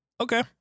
Okay